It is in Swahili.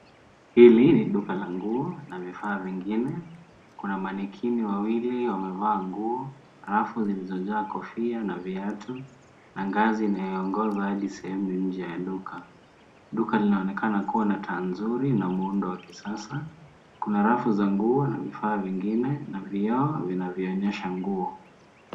Hili ni duka la nguo na vifaa vingine. Kuna mannequin wawili wamevaa nguo. Rafu zilizojaa kofia na viatu na ngazi inayoongoza hadi sehemu ya nje ya duka. Duka linaonekana kuwa na taa nzuri na muundo wa kisasa. Kuna rafu za nguo na vifaa vingine na vioo vinavyoonyesha nguo.